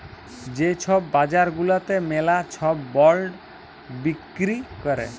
যে ছব বাজার গুলাতে ম্যালা ছব বল্ড বিক্কিরি ক্যরে